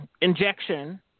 injection